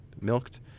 milked